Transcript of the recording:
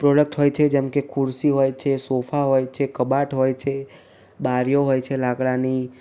product હોય છે જેમકે ખુરશી હોય છે સોફા હોય છે કબાટ હોય છે બારીઓ હોય લાકડાંની